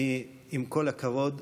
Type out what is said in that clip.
עם כל הכבוד,